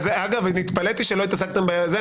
התפלאתי שלא התעסקתם בזה.